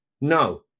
no